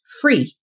free